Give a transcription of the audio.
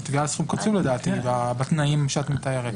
זה תביעה על סכום קצוב לדעתי בתנאים שאת מתארת.